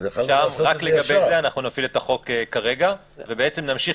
רק לגבי זה נפעיל את החוק כרגע ובעצם נמשיך